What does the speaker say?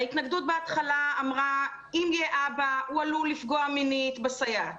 ההתנגדות בהתחלה אמרה: אם יהיה אבא הוא עלול לפגוע מינית בסייעת,